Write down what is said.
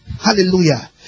Hallelujah